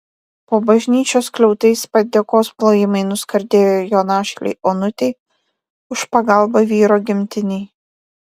po bažnyčios skliautais padėkos plojimai nuskardėjo jo našlei onutei už pagalbą vyro gimtinei